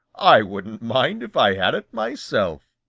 i wouldn't mind if i had it myself.